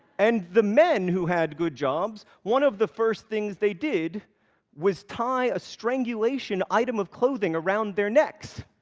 and the men who had good jobs, one of the first things they did was tie a strangulation item of clothing around their necks.